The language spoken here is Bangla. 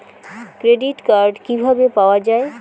ক্রেডিট কার্ড কিভাবে পাওয়া য়ায়?